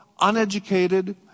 uneducated